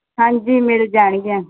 ਹਾਂਜੀ ਮਿਲ ਜਾਣਗੀਆਂ